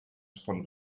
von